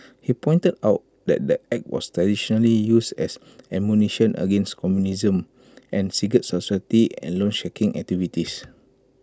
he pointed out that the act was traditionally used as ammunition against communism and secret society and loansharking activities